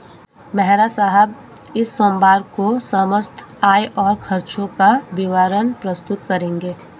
मेहरा साहब इस सोमवार को समस्त आय और खर्चों का विवरण प्रस्तुत करेंगे